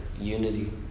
unity